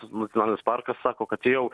nacionalinis parkas sako kad jau